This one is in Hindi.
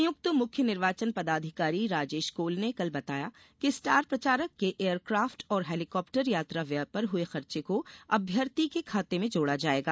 संयुक्त मुख्य निर्वाचन पदाधिकारी राजेश कोल ने कल बताया कि स्टार प्रचारक के एयरकाफ्ट और हेलीकॉप्टर यात्रा व्यय पर हुए खर्चे को अभ्यर्थी के खाते में जोड़ा जायेगा